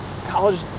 college